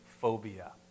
phobia